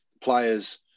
players